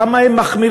כמה הן מחמירות,